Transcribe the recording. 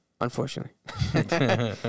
Unfortunately